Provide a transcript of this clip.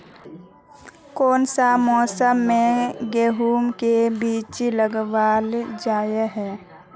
कोन सा मौसम में गेंहू के बीज लगावल जाय है